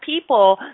people –